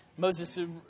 Moses